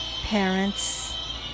Parents